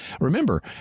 Remember